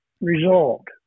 resolved